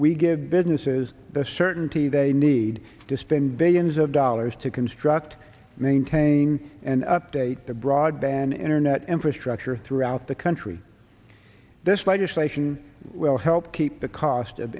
we give businesses the certainty they need to spend billions of dollars to construct maintain and update the broadband internet infrastructure throughout the country despite a chalet ssion will help keep the cost of